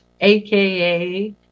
aka